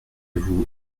vous